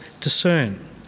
discern